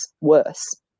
worse